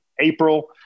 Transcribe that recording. April